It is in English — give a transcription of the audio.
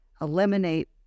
Eliminate